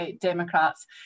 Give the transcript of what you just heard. Democrats